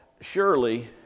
surely